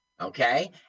okay